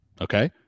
Okay